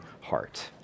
heart